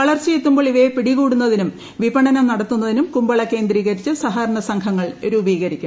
വളർച്ച എത്തുമ്പോൾ ഇവയെ പിടികൂന്നതിനും വിപണം നടത്തുന്നതിനും കുമ്പള കേന്ദ്രീകരിച്ച് സഹകരണ സംഘങ്ങൾ രൂപീകരിക്കും